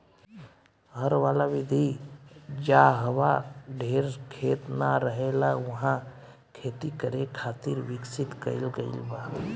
हर वाला विधि जाहवा ढेर खेत ना रहेला उहा खेती करे खातिर विकसित कईल गईल बा